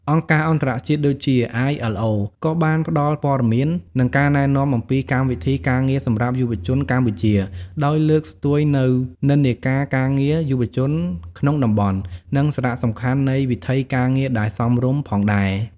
អង្គការអន្តរជាតិដូចជា អាយ អិល អូ ILO ក៏បានផ្តល់ព័ត៌មាន និងការណែនាំអំពីកម្មវិធីការងារសម្រាប់យុវជនកម្ពុជា ដោយលើកស្ទួយនូវនិន្នាការការងារយុវជនក្នុងតំបន់ និងសារៈសំខាន់នៃវិថីការងារដែលសមរម្យផងដែរ។